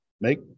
Make